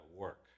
work